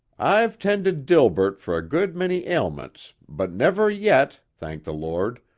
i've tended delbert for a good many ailments but never yet, thank the lord,